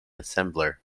assembler